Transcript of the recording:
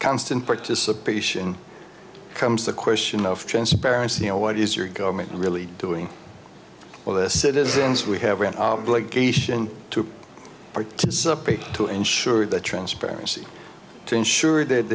constant participation comes the question of transparency and what is your government really doing all the citizens we have an obligation to participate to ensure the transparency to ensure that